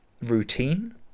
routine